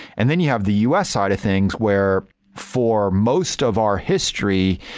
and then you have the us side of things where for most of our history,